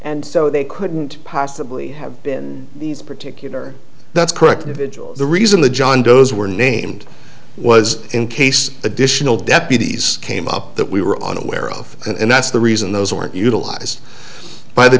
and so they couldn't possibly have been these particular that's correct the reason the john doe's were named was in case additional deputies came up that we were unaware of and that's the reason those weren't utilized by the